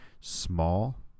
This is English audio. small